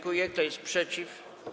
Kto jest przeciw?